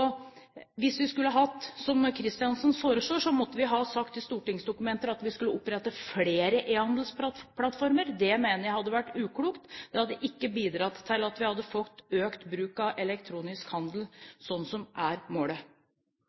Hvis vi skulle hatt det som representanten Kristiansen foreslår, måtte vi sagt i stortingsdokumenter at vi skulle opprettet flere e-handelsplattformer. Det mener jeg hadde vært uklokt. Det hadde ikke bidratt til at vi hadde fått økt bruk av elektronisk handel, som er målet.